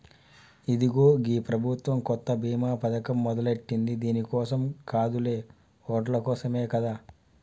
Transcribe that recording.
ఇదిగో గీ ప్రభుత్వం కొత్త బీమా పథకం మొదలెట్టింది దీని కోసం కాదులే ఓట్ల కోసమే కదా